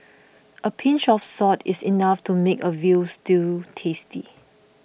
a pinch of salt is enough to make a Veal Stew tasty